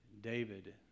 David